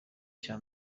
cya